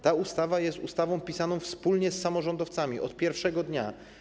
Ta ustawa jest ustawą pisaną wspólnie z samorządowcami od pierwszego dnia.